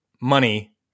money